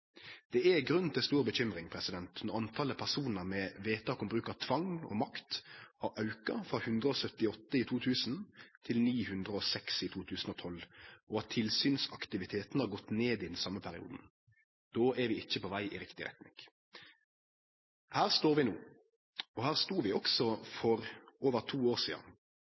Det er grunn til å bekymre seg mykje når talet på personar med vedtak om bruk av tvang og makt har auka frå 178 i 2000 til 906 i 2012, og at tilsynsaktiviteten har gått ned i den same perioden. Då er vi ikkje på veg i riktig retning. Her står vi no. Her stod vi også for over to år sidan.